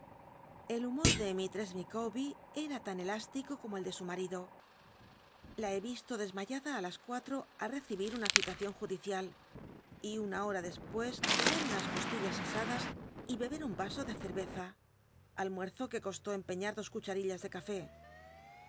el humor de mislress ilicawber era t an elástico como el de su isto desmayada ií las cuatro al rema rido la be y cibir una citacion judicial y una hom dcspucs comer unas costillas asadas y beber un raso de ccrvcza ahnuerzo que costó empeiiar dos cucharillas de café